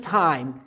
time